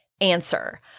Answer